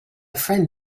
friend